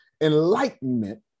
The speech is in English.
enlightenment